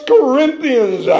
Corinthians